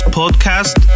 podcast